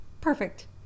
perfect